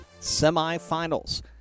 Semifinals